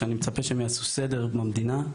שאני מצפה שהם ידעו סדר במדינה,